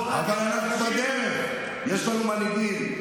אבל בדרך יש לנו מנהיגים,